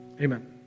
Amen